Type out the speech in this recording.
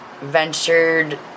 ventured